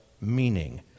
meaning